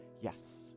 yes